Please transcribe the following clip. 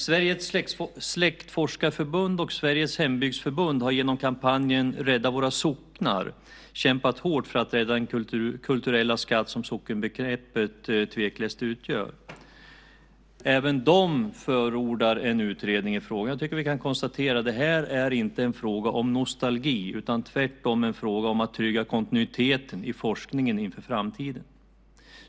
Sveriges Släktforskarförbund och Sveriges Hembygdsförbund har genom kampanjen Rädda våra socknar kämpat hårt för att rädda den kulturella skatt som sockenbegreppet tveklöst utgör. Även de förordar en utredning i frågan. Jag tycker att vi kan konstatera att det här inte är en fråga om nostalgi utan tvärtom en fråga om att trygga kontinuiteten i forskningen inför framtiden.